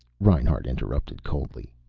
reinhart interrupted coldly.